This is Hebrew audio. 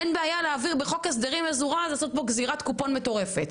אין בעיה להעביר חוק הסדרים מזורז ולעשות פה ׳גזירת קופון׳ מטורפת.